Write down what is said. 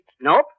Nope